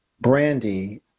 Brandy